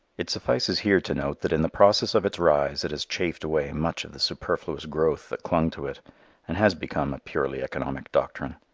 it suffices here to note that in the process of its rise it has chafed away much of the superfluous growth that clung to it and has become a purely economic doctrine.